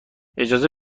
اجازه